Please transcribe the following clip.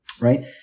right